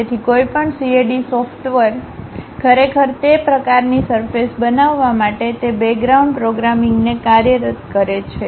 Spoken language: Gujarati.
તેથી કોઈપણ CAD સોફ્ટવેર ખરેખર તે પ્રકારની સરફેસ બનાવવા માટે તે બેગ્રાઉન્ડ પ્રોગ્રામિંગને કાર્યરત કરે છે